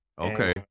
Okay